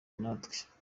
natwe